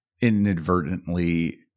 inadvertently